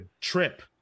trip